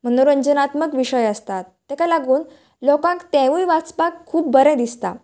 मनोरंजनात्मक विशय आसतात तेका लागून लोकांक तेवूय वाचपाक खूब बरें दिसता